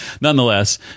nonetheless